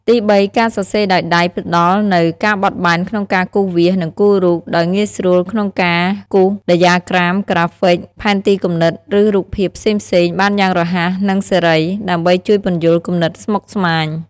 ទីបី ការសរសេរដោយដៃផ្ដល់នូវ ភាពបត់បែនក្នុងការគូសវាស និងគូររូប ដោយងាយស្រួលក្នុងការគូសដ្យាក្រាម ក្រាហ្វិក ផែនទីគំនិត ឬរូបភាពផ្សេងៗបានយ៉ាងរហ័ស និងសេរី ដើម្បីជួយពន្យល់គំនិតស្មុគស្មាញ។